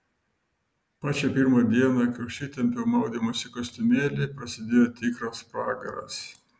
pačią pirmą dieną kai užsitempiau maudymosi kostiumėlį prasidėjo tikras pragaras